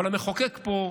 אבל המחוקק פה,